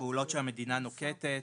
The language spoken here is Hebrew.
פעולות שהמדינה נוקטת.